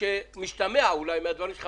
כפי שמשתמע אולי מהדברים שלך,